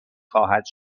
خواهد